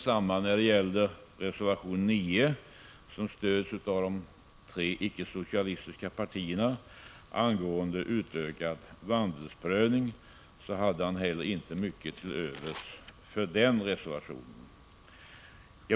Reservation 9, som gäller utökad vandelsprövning och som stöds av de tre icke socialistiska partierna, hade han heller inte mycket till övers för.